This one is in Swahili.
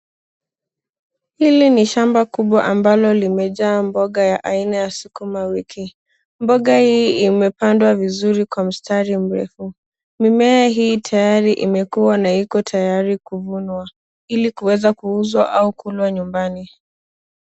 Hili ni shamba kubwa ambalo limejaa mboga ya aina ya sukuma wiki. Mboga hii imepandwa vizuri kwa mstari mrefu. Mimea hii tayari imekuwa na iko tayari kuvunwa, ili kuweza kuuzwa au kunywa nyumbani.